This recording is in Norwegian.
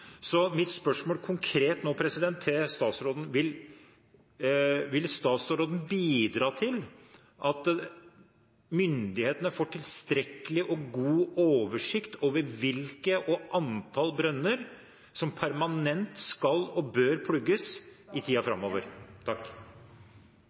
Mitt spørsmål konkret nå til statsråden er: Vil statsråden bidra til at myndighetene får tilstrekkelig og god oversikt over hvilke og antall brønner som permanent skal og bør plugges i tiden framover?